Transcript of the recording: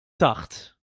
taħt